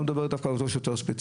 ולא דווקא על אותו שוטר ספציפי.